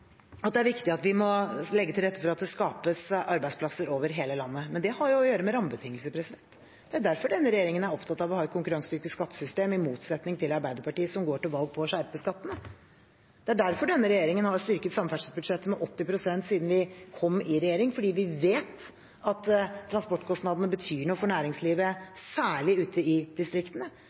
at det er viktig at vi legger til rette for at det skapes arbeidsplasser over hele landet, men det har å gjøre med rammebetingelser. Det er derfor denne regjeringen er opptatt av å ha et konkurransedyktig skattesystem, i motsetning til Arbeiderpartiet, som går til valg på å skjerpe skattene. Det er derfor denne regjeringen har styrket samferdselsbudsjettet med 80 pst. siden vi kom i regjering, fordi vi vet at transportkostnadene betyr noe for næringslivet, særlig ute i distriktene.